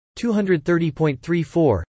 230.34